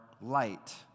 light